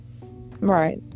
right